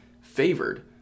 favored